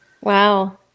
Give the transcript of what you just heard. Wow